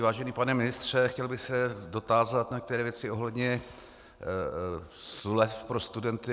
Vážený pane ministře, chtěl bych se dotázat na některé věci ohledně slev pro studenty.